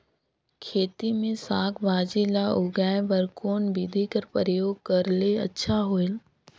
खेती मे साक भाजी ल उगाय बर कोन बिधी कर प्रयोग करले अच्छा होयल?